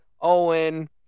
Owen